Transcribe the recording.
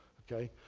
ok.